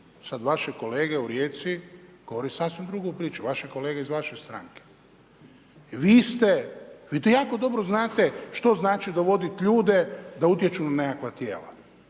Sad vaše kolege u Rijeci govore sasvim drugu priču. Vaše kolege iz vaše stranke. Vi ste, vi to jako dobro znate što znači dovodit ljude da utječu na nekakva tijela.